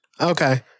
Okay